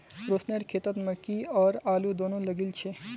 रोशनेर खेतत मकई और आलू दोनो लगइल छ